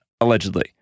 allegedly